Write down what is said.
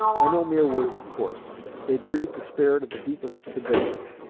are no mere words of course they breathe the spirit of the deepest conviction.